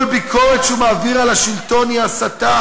ביקורת שהוא מעביר על השלטון היא הסתה.